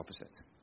opposite